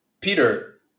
Peter